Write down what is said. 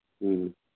ꯎꯝ